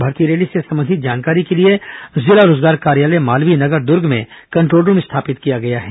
भर्ती रैली से संबंधित जानकारी के लिए जिला रोजगार कार्यालय मालवीय नगर द्र्ग में कंट्रोल रूम स्थापित किया गया है